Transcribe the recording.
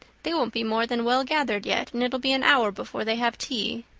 they won't be more than well gathered yet and it'll be an hour before they have tea.